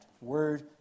Word